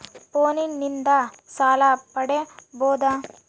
ಫೋನಿನಿಂದ ಸಾಲ ಪಡೇಬೋದ?